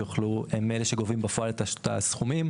שהם אלה שגובים בפועל את הסכומים.